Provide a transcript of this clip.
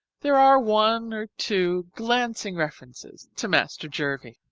there are one or two glancing references to master jervie.